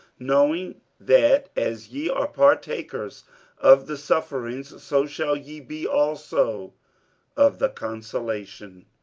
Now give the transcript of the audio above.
knowing, that as ye are partakers of the sufferings, so shall ye be also of the consolation.